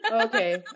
Okay